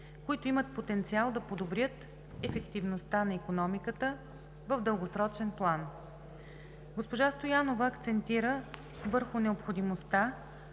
които имат потенциал да подобрят ефективността на икономиката в дългосрочен план. Госпожа Стоянова акцентира върху необходимостта